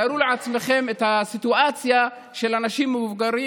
תארו לעצמכם את הסיטואציה של אנשים מבוגרים